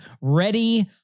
Ready